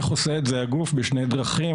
איך עושה את זה הגוף, בשתי דרכים.